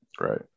Right